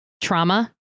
trauma